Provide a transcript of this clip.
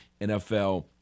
NFL